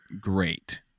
great